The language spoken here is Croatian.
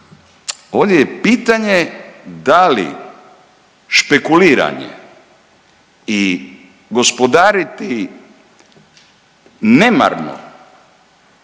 ovdje je pitanje da li špekuliranje i gospodariti nemarno